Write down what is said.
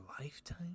lifetime